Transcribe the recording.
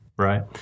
right